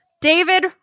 David